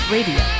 Radio